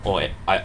orh eh I